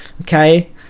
okay